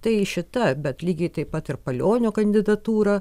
tai šita bet lygiai taip pat ir palionio kandidatūra